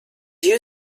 you